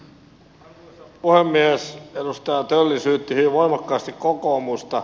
edustaja tölli syytti hyvin voimakkaasti kokoomusta